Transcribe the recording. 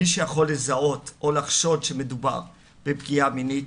מי שיכול לזהות או לחשוד שמדובר בפגיעה מינית,